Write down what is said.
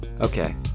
Okay